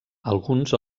alguns